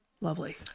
Lovely